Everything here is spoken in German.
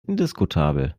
indiskutabel